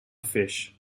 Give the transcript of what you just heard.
fish